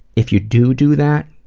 if you do do that,